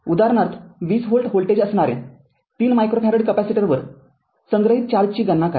उदाहरणार्थ२० volt voltage असणाऱ्या ३ micro farad कपॅसिटरवर संग्रहित चार्जची गणना करा